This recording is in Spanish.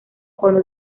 cuando